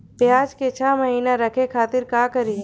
प्याज के छह महीना रखे खातिर का करी?